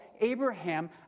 Abraham